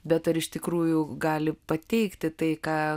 bet ar iš tikrųjų gali pateikti tai ką